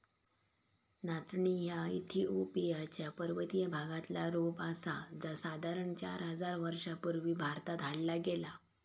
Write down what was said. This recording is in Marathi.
नाचणी ह्या इथिओपिया च्या पर्वतीय भागातला रोप आसा जा साधारण चार हजार वर्षां पूर्वी भारतात हाडला गेला